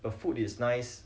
the food is nice